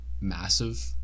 massive